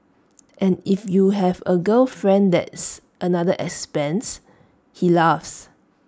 and if you have A girlfriend that's another expense he laughs